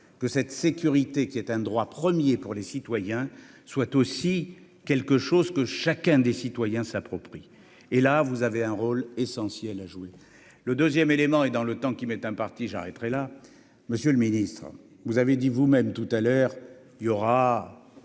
que cette sécurité qui est un droit premier pour les citoyens soient aussi quelque chose que chacun des citoyens s'approprient et là vous avez un rôle essentiel à jouer le 2ème élément et dans le temps qui m'est imparti, j'arrêterai là, Monsieur le Ministre, vous avez dit vous-même tout à l'heure, il y aura